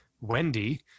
Wendy